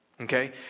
okay